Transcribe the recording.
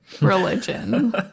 religion